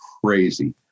crazy